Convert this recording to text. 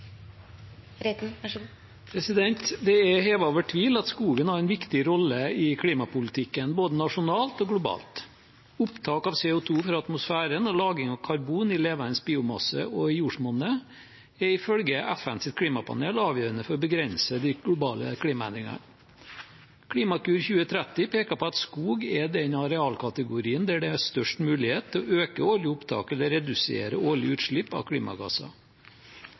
over tvil at skogen har en viktig rolle i klimapolitikken, både nasjonalt og globalt. Opptak av CO 2 i atmosfæren og lagring av karbon i levende biomasse og i jordsmonnet er ifølge FNs klimapanel avgjørende for å begrense de globale klimaendringene. Klimakur 2030 peker på at skog er den arealkategorien der det er størst mulighet for å øke årlige opptak eller å redusere årlige utslipp av klimagasser.